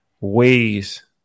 ways